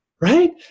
Right